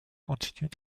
continuent